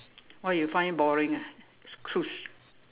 why you find it boring ah it's cruise